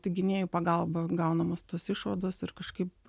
tik gynėjų pagalba gaunamos tos išvados ir kažkaip